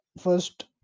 first